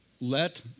Let